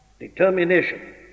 Determination